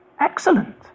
Excellent